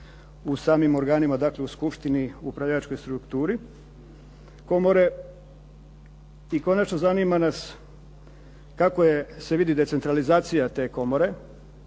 u samim organima, dakle u skupštini u upravljačkoj strukturi komore. I konačno, zanima nas kako se vidi decentralizacija te komore